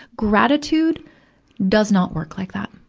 gratitude does not work like that,